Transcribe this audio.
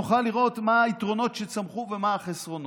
נוכל לראות מה היתרונות שצמחו ומה החסרונות.